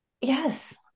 Yes